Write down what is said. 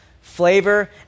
flavor